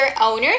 owners